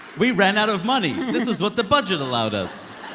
we ran out of money. this is what the budget allowed us